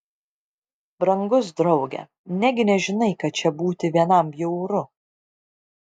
brangus drauge negi nežinai kad čia būti vienam bjauru